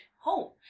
home